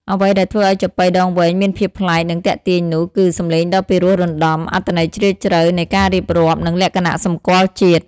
អ្វីដែលធ្វើឱ្យចាប៉ីដងវែងមានភាពប្លែក និងទាក់ទាញនោះ គឺ សម្លេងដ៏ពិរោះរណ្តំ អត្ថន័យជ្រាលជ្រៅនៃការរៀបរាប់ និងលក្ខណៈសម្គាល់ជាតិ។